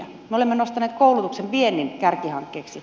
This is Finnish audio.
me olemme nostaneet koulutuksen viennin kärkihankkeeksi